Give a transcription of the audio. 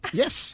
yes